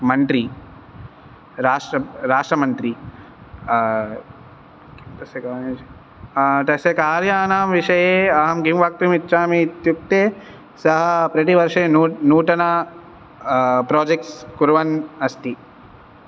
मन्त्रिः राष्ट्रं राष्ट्रमन्त्री तस्य कार्याणां विषये अहं किं वक्तुमिच्छामि इत्युक्ते सः प्रतिवर्षे नु नूतन प्रोजेक्ट्स् कुर्वन् अस्ति